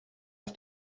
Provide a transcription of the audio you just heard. auf